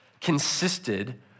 consisted